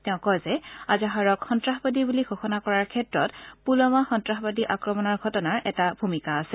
তেওঁ কয় যে আজহাৰক সন্তাসবাদী বুলি ঘোষণা কৰাৰ ক্ষেত্ৰত পূলৱামা সন্তাসবাদী আক্ৰমণৰ ঘটনাৰ এটা ভূমিকা আছে